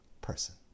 person